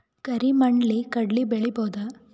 ಕರಿ ಮಣ್ಣಲಿ ಕಡಲಿ ಬೆಳಿ ಬೋದ?